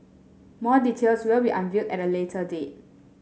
more details will be unveiled at a later date